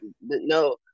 no